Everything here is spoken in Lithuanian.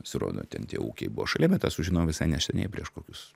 pasirodo ten tie ūkiai buvo šalia bet tą sužinojau visai neseniai prieš kokius